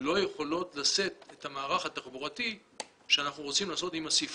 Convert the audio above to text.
לא יכולות לשאת את המערך התחבורתי שאנחנו רוצים לעשות עם הצפיפות.